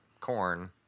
corn